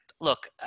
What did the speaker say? look